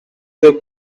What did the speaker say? the